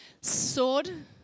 Sword